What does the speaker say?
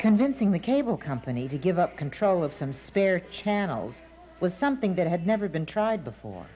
convincing the cable company to give up control of some spare channels was something that had never been tried before